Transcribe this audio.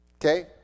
Okay